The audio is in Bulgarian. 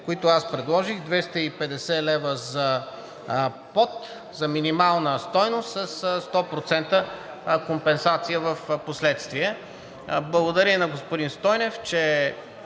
които предложих – 250 лв. за под, за минимална стойност със 100% компенсация впоследствие. Благодаря и на господин Стойнев –